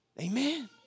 Amen